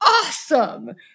awesome